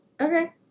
Okay